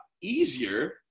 easier